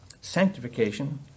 sanctification